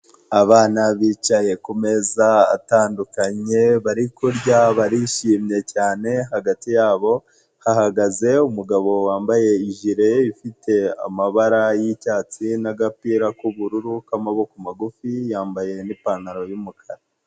Abana bicaye ku meza atandukanye, bari kurya, barishimye cyane, hagati yabo hahagaze umugabo wambaye ijile ifite amabara y'icyatsi n'agapira k'ubururu k'amaboko magufi, yambaye n'ipantaro y'umukara.